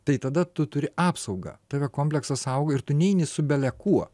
tai tada tu turi apsaugą tave komplektas auga ir tu neini su belekuo